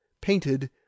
painted